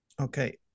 Okay